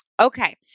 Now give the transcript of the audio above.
Okay